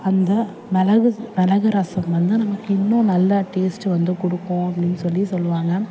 அந்த மிளகு மிளகு ரசம் வந்து நமக்கு இன்னும் நல்ல டேஸ்ட்டு வந்து கொடுக்கும் அப்படினு சொல்லி சொல்லுவாங்க